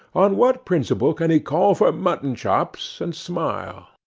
on what principle can he call for mutton-chops and smile